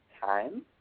time